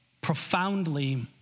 profoundly